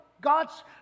God's